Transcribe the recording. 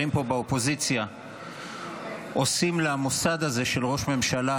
פה באופוזיציה עושים למוסד הזה של ראש ממשלה,